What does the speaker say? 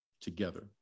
together